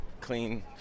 clean